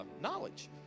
knowledge